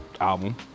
album